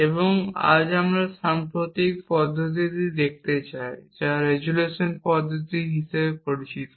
এবং আজ আমরা সাম্প্রতিক পদ্ধতিটি দেখতে চাই যা রেজোলিউশন পদ্ধতি হিসাবে পরিচিত